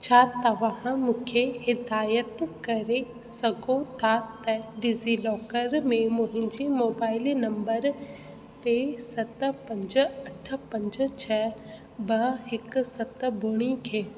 छा तव्हां मूंखे हिदाइतु करे सघो था त डिज़ीलॉकर में मुंहिंजे मोबाइल नंबर ते सत पंज अठ पंज छह ॿ हिकु सत ॿुड़ी खे